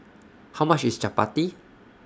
How much IS Chapati